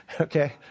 Okay